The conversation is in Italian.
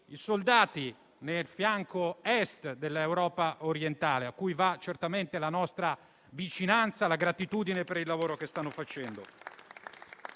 i soldati nel fianco Est dell'Europa orientale; soldati a cui vanno certamente la nostra vicinanza e la gratitudine per il lavoro che stanno facendo